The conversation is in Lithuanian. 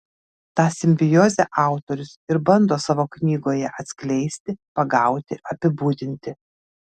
tą simbiozę autorius ir bando savo knygoje atskleisti pagauti apibūdinti